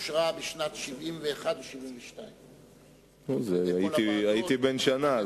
אושרה בשנת 1971 או 1972. הייתי בן שנה,